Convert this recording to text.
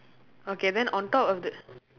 okay then on top of the